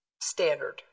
standard